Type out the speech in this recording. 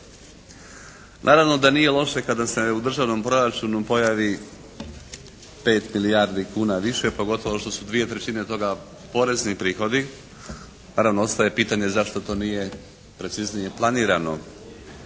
Naravno da nije loše kada se u državnom proračunu pojavi 5 milijardi kuna više, pogotovo što su dvije trećine toga porezni prihodi. Naravno ostaje pitanje zašto to nije preciznije planirano.